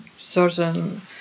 certain